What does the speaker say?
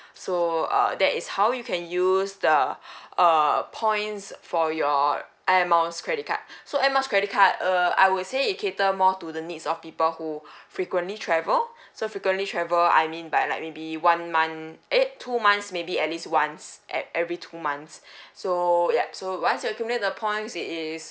so uh that is how you can use the uh points for your air miles credit card so air miles credit card uh I would say it cater more to the needs of people who frequently travel so frequently travel I mean by like maybe one month eh two months maybe at least once at every two months so yup so once you accumulate the points it is